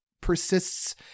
persists